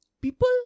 people